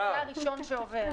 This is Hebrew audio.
זה הראשון שעובר.